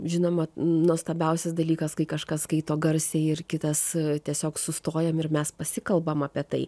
žinoma nuostabiausias dalykas kai kažkas skaito garsiai ir kitas tiesiog sustojam ir mes pasikalbam apie tai